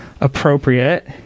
appropriate